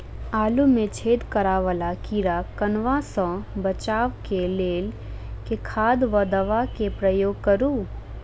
आलु मे छेद करा वला कीड़ा कन्वा सँ बचाब केँ लेल केँ खाद वा दवा केँ प्रयोग करू?